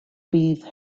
peace